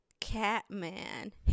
Catman